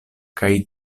kaj